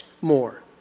more